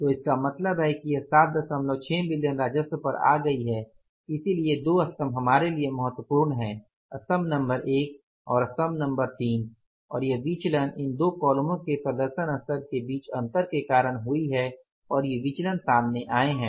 तो इसका मतलब है कि यह 76 मिलियन राजस्व पर आ गई है इसलिए ये दो स्तम्भ हमारे लिए महत्वपूर्ण हैं स्तम्भ नंबर 1 और स्तम्भ नंबर 3 और यह विचलन इन दो कॉलमों के प्रदर्शन स्तर के बीच अंतर के कारण हुई है और ये विचलन सामने आये है